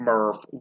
Murph